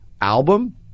album